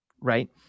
right